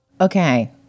Okay